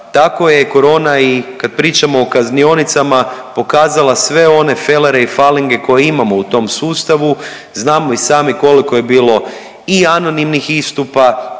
tako je korona i kad pričamo o kaznionicama pokazala sve one felere i falinge koje imamo u tom sustavu. Znamo i sami koliko je bilo i anonimnih istupa